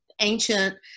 ancient